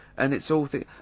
and it's all